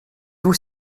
vous